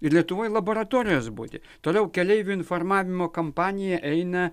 ir lietuvoj laboratorijos budi toliau keleivių informavimo kampanija eina